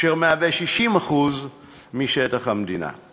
אשר מהווה 60% משטח המדינה.